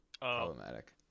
Problematic